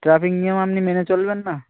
traffic নিয়ম আপনি মেনে চলবেন না